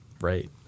right